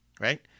right